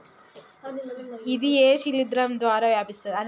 ఇది ఏ శిలింద్రం ద్వారా వ్యాపిస్తది?